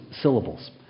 syllables